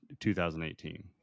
2018